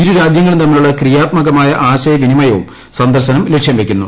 ഇരു രാജ്യങ്ങളും തമ്മിലുള്ള ക്രിയാത്മകമായ ആശയവിനമയവും സന്ദർശനം ലക്ഷ്യം വെയ്ക്കുന്നു